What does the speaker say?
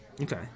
Okay